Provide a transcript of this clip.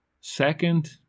Second